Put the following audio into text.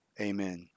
Amen